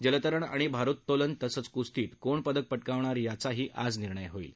जलतरण आणि भारोत्तोलन तसंच कुस्तीत कोण पदक पटकावणार याचाही निर्णय आज होईल